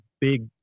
big